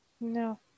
No